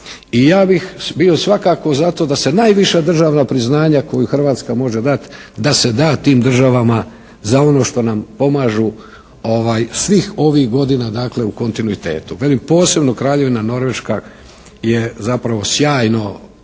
I ja bih bio svakako za to da se najviša državna priznanja koju Hrvatska može dati da se da tim državama za ono što nam pomažu svih ovih godina dakle u kontinuitetu. Velim posebno Kraljevina Norveška je zapravo sjajno